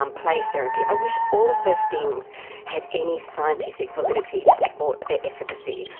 um play therapy, i wish all of those things had any scientific ability to support their efficacy,